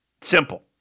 Simple